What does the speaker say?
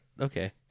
okay